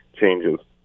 changes